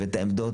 הבאת עמדות,